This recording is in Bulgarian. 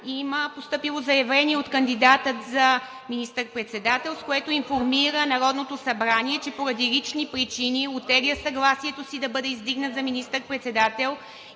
има постъпило заявление от кандидата за министър-председател, с което информира Народното събрание: „Поради лични причини оттеглям съгласието си да бъда издигнат за министър-председател